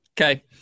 Okay